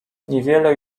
niewiele